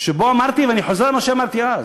שבו אמרתי, ואני חוזר על מה שאמרתי אז,